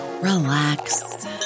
relax